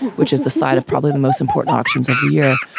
which is the side of probably the most important auctions of the year.